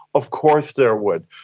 of course there would.